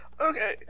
Okay